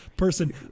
Person